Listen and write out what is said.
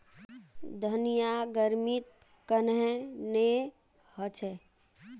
धनिया गर्मित कन्हे ने होचे?